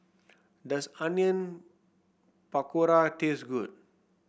does Onion Pakora taste good